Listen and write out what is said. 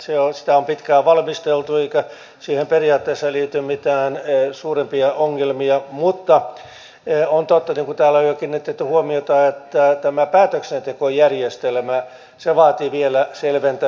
sitä on pitkään valmisteltu eikä siihen periaatteessa liity mitään suurempia ongelmia mutta on totta niin kuin täällä on jo kiinnitetty huomiota että tämä päätöksentekojärjestelmä vaatii vielä selventämistä